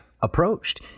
approached